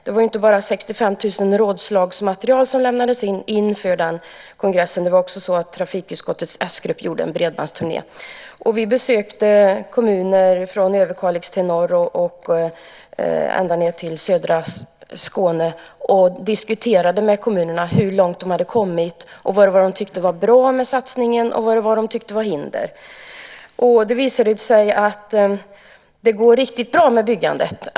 Det var inte bara 65 000 rådslagsmaterial som lämnades in inför den kongressen. Det var också så att trafikutskottets s-grupp gjorde en bredbandsturné. Vi besökte kommuner från Överkalix i norr ända ned till södra Skåne och diskuterade med kommunerna hur långt de hade kommit, vad de tyckte var bra med satsningen och vad de tyckte att det fanns för hinder. Det visade sig att det går riktigt bra med byggandet.